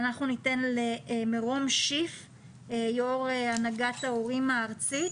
צופית גולן סגנית יושב ראש הנהלת ארגון הורים ארצי.